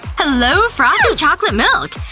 hello, frothy chocolate milk!